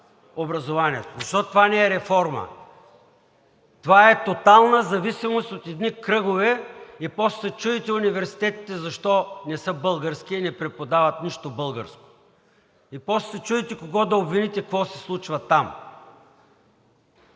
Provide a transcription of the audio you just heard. образованието, защото това не е реформа. Това е тотална зависимост от едни кръгове и после се чудите университетите защо не са български и не преподават нищо българско, и после се чудите кого да обвините какво се случва там